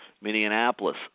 Minneapolis